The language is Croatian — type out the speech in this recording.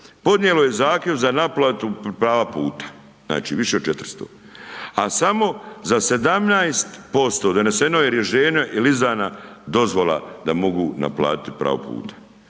podnijelo je zahtjev za naplatu prava puta, znači više od 400, a za samo 17% doneseno je rješenje il izdana dozvola da mogu naplatiti pravo puta.